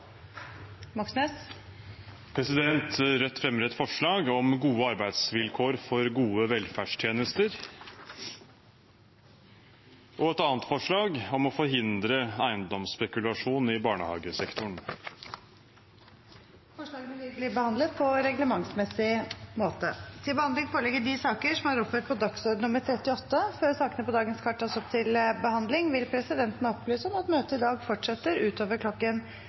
Rødt fremmer et forslag om gode arbeidsvilkår for gode velferdstjenester og et annet forslag om å forhindre eiendomsspekulasjon i barnehagesektoren. Forslagene vil bli behandlet på reglementsmessig måte. Før sakene på dagens kart tas opp til behandling, vil presidenten opplyse om at møtet i dag fortsetter utover